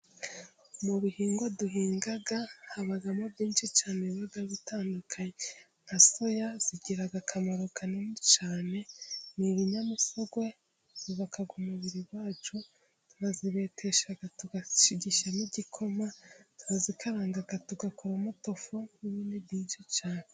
Mu bihingwa duhinga habamo byinshi cyane biba bitandukahye, nka soya zigiraga akamaro kanini cyane. Ni ibinyamisogwe, zubaka umubiri wacu, tukazibetesha tugashigishamo igikoma. Turazikaranga tugakoramo tofu n'ibindi byinshi cyane.